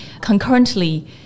concurrently